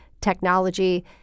technology